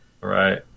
right